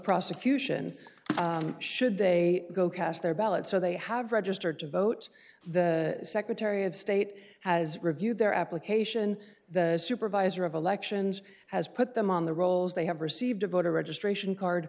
prosecution should they go cast their ballots so they have registered to vote the secretary of state has reviewed their application the supervisor of elections has put them on the rolls they have received a voter registration card